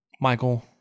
Michael